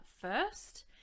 first